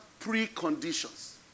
preconditions